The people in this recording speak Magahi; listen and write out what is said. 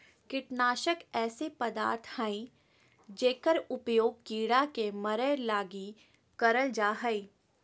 कीटनाशक ऐसे पदार्थ हइंय जेकर उपयोग कीड़ा के मरैय लगी करल जा हइ